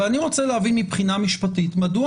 אבל אני רוצה להבין מבחינה משפטית מדוע